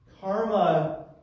Karma